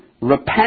repent